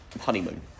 honeymoon